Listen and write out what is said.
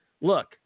Look